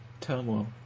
turmoil